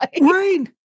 Right